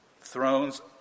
thrones